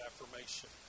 affirmation